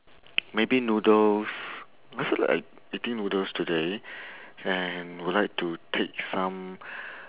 maybe noodles I feel like I eating noodles today and would like to take some